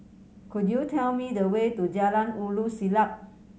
could you tell me the way to Jalan Ulu Siglap